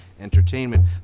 Entertainment